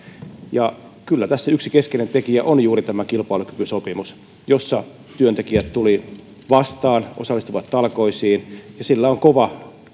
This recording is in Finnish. ja kyllä tässä yksi keskeinen tekijä on juuri tämä kilpailukykysopimus jossa työntekijät tulivat vastaan osallistuivat talkoisiin ja sillä on kova